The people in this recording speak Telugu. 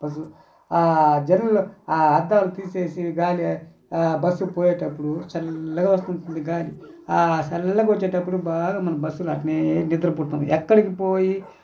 బస్సు జర్నీలో అద్దాలు తీసేసి గాలి బస్సు పోయేటప్పుడు చల్లగా వస్తుంటుంది గాలి చల్లగా వచ్చేటప్పుడు బాగా మనం బస్సులో అలానే నిద్రపోతాం ఎక్కడికి పోయి